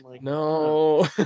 no